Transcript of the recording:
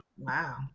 Wow